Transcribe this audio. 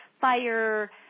fire